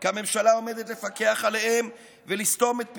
כי הממשלה עומדת לפקח עליהם ולסתום את פיהם,